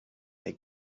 est